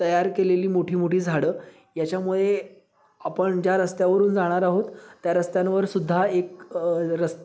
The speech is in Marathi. तयार केलेली मोठी मोठी झाडं याच्यामुळे आपण ज्या रस्त्यावरून जाणार आहोत त्या रस्त्यांवर सुद्धा एक रस्